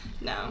no